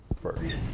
first